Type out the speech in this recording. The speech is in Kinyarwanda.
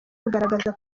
kugaragaza